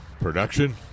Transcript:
Production